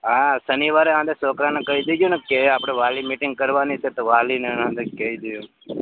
હા શનિવારે હંધાય છોકરાને કહી દેજો ને કે આપણે વાલી મિટિંગ કરવાની છે તો વાલીને ને કહી દે